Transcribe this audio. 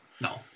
No